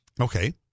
okay